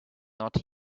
not